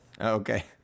Okay